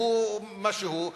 הוא מה שהוא,